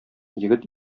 егет